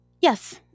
yes